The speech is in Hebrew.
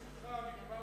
מרוב שמחה.